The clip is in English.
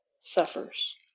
suffers